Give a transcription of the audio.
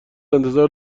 انتظار